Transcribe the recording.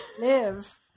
live